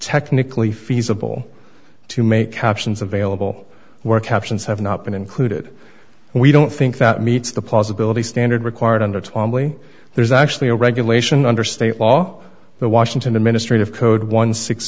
technically feasible to make captions available where captions have not been included and we don't think that meets the plausibility standard required under tom lee there's actually a regulation under state law the washington administrative code one